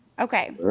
Okay